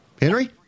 Henry